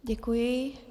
Děkuji.